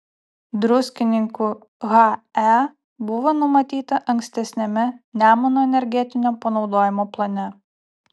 druskininkų he buvo numatyta ankstesniame nemuno energetinio panaudojimo plane